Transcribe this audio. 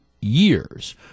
years